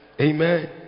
Amen